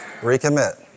recommit